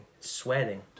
Sweating